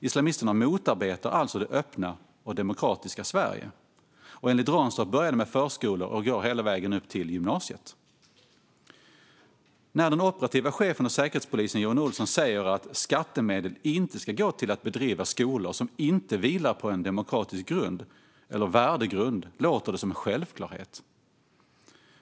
Islamisterna motarbetar alltså det öppna och demokratiska Sverige, och enligt Ranstorp börjar detta i förskolan och fortsätter hela vägen upp till gymnasiet. När den operativa chefen vid Säkerhetspolisen Johan Olsson säger att skattemedel inte ska gå till att driva skolor som inte vilar på en demokratisk värdegrund låter det som en självklarhet.